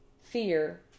fear